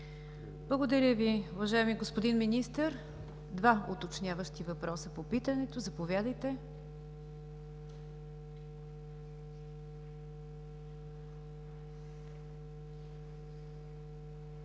Благодаря Ви, уважаеми господин Министър. Два уточняващи въпроса по питането. Заповядайте.